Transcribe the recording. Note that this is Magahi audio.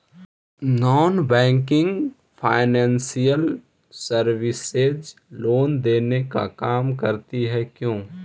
Non banking financial services loan देने का काम करती है क्यू?